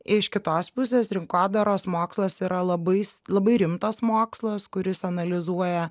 iš kitos pusės rinkodaros mokslas yra labai labai rimtas mokslas kuris analizuoja